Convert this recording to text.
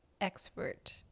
expert